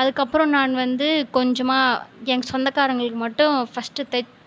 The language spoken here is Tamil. அதுக்கப்புறம் நான் வந்து கொஞ்சமாக என் சொந்தக்காரங்களுக்கு மட்டும் ஃபர்ஸ்ட்